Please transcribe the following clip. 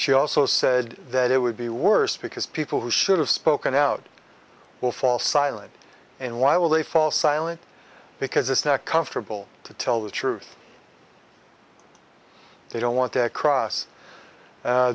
she also said that it would be worse because people who should have spoken out will fall silent and why will they fall silent because it's not comfortable to tell the truth they don't want to cross